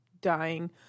dying